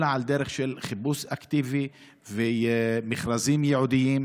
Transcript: אלא על דרך של חיפוש אקטיבי ומכרזים ייעודיים.